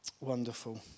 Wonderful